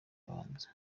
abanza